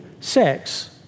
sex